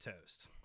toast